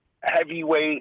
heavyweight